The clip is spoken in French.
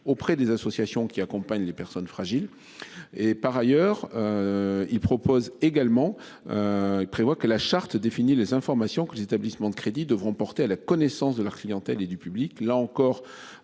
auprès des associations qui accompagnent les personnes fragiles et par ailleurs. Il propose également. Il prévoit que la charte définit les informations que les établissements de crédit devront porter à la connaissance de la clientèle et du public